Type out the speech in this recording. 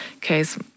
case